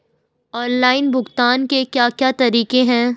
Online भुगतान के क्या क्या तरीके हैं?